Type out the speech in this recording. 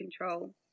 control